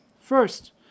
First